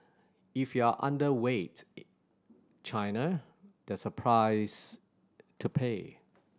if you are underweight China there's a price to pay